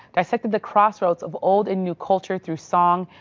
dissected the crossroads of old and new culture through song,